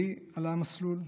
והיא על המסלול.